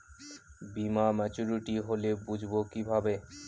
বীমা মাচুরিটি হলে বুঝবো কিভাবে?